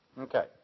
Okay